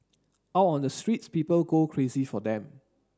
out on the streets people go crazy for them